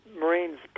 marines